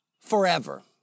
forever